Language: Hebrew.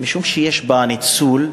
כי יש בה ניצול,